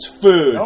food